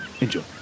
enjoy